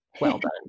well-done